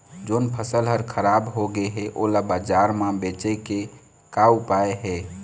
जोन फसल हर खराब हो गे हे, ओला बाजार म बेचे के का ऊपाय हे?